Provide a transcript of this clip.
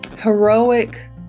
heroic